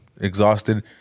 exhausted